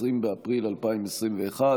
20 באפריל 2021,